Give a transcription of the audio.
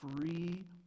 Free